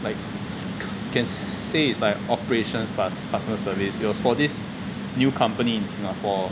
like you can say it's like operations plus customer service it was for this new company in singapore